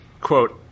quote